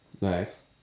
Nice